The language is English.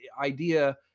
idea